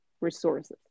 resources